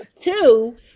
two